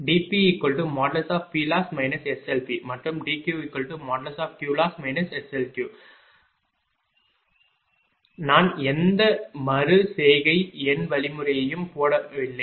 DPPLoss SLP மற்றும் DQ|QLoss SLQ| நான் எந்த மறு செய்கை எண் வழிமுறையையும் போடவில்லை